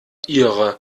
ihre